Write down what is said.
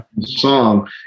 Song